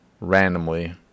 randomly